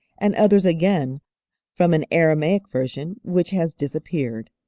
and others again from an aramaic version which has disappeared.